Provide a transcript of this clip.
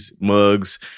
mugs